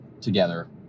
together